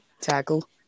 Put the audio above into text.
tackle